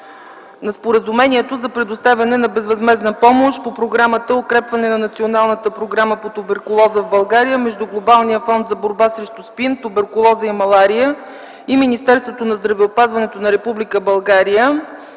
Споразумението за предоставяне на безвъзмездна помощ по Програмата „Укрепване на Националната програма по туберкулоза в България” между Глобалния фонд за борба срещу СПИН, туберкулоза и малария и Министерството на здравеопазването на Република